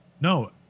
No